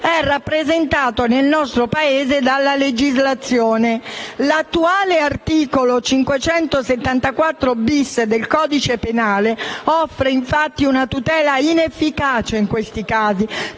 è rappresentato nel nostro Paese dalla legislazione. L'attuale articolo 574-*bis* del codice penale offre, infatti, una tutela inefficace in questi casi